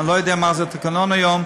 אני לא יודע מה התקנון היום,